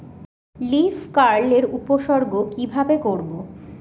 Leaf curl এর উপসর্গ কিভাবে করব?